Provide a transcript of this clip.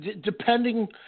depending